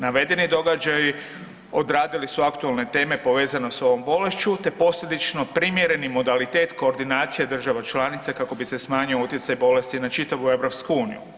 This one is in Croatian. Navedeni događaj odradili su aktualne teme povezane s ovom bolešću te posljedično, primjereni modalitet koordinacija država članica kako bi se smanjio utjecaj bolesti na čitavu EU.